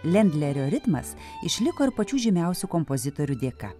lendlerio ritmas išliko ir pačių žymiausių kompozitorių dėka